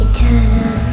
Eternal